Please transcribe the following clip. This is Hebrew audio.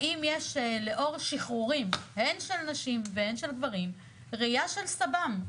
האם יש לאור שחרורים הן של נשים והן של גברים ראייה של סב"מ,